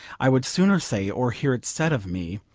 i would sooner say, or hear it said of me,